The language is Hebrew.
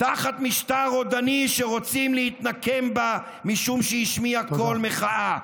תחת משטר רודני שרוצה להתנקם בה משום שהיא השמיעה קול מחאה.